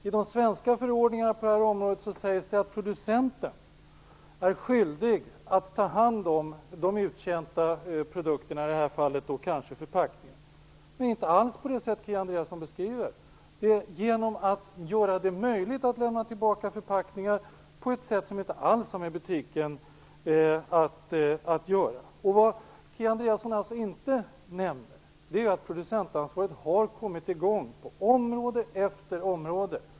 I de svenska förordningarna på det här området sägs det att producenten är skyldig att ta hand om uttjänta produkter. Det kan, som i det här fallet, röra sig om förpackningar. Men det är alltså inte på det sätt som Kia Andreasson beskriver. Det handlar om att göra det möjligt att lämna tillbaka förpackningar, men detta har inte alls med butikerna att göra. Kia Andreasson nämner dock inte att producentansvaret har kommit i gång på område efter område.